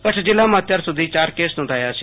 કચ્છ જિલ્લામાં અત્યાર સધી ચાર કેસ નોંધાયા છે